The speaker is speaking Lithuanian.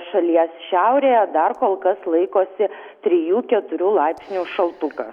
šalies šiaurėje dar kol kas laikosi trijų keturių laipsnių šaltukas